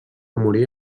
morir